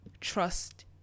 Trust